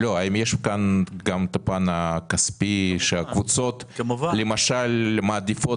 האם יש כאן גם את הפן הכספי שהקבוצות למשל מעדיפות